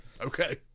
okay